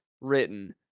written